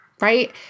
right